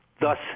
Thus